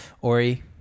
Ori